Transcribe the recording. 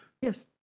Yes